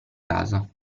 casa